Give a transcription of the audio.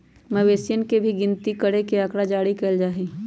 मवेशियन के भी गिनती करके आँकड़ा जारी कइल जा हई